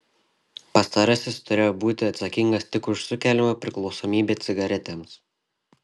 pastarasis turėjo būti atsakingas tik už sukeliamą priklausomybę cigaretėms